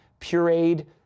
pureed